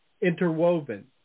interwoven